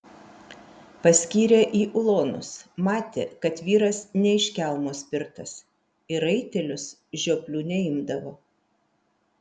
paskyrė į ulonus matė kad vyras ne iš kelmo spirtas į raitelius žioplių neimdavo